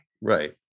Right